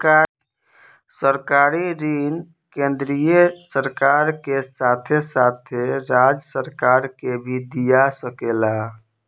सरकारी ऋण केंद्रीय सरकार के साथे साथे राज्य सरकार के भी दिया सकेला